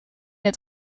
het